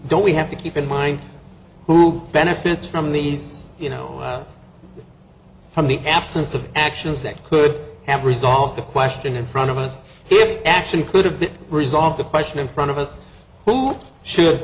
don't we have to keep in mind who benefits from these you know from the absence of actions that could have resolved the question in front of us if actually could have been resolved the question in front of us who should